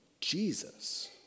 Jesus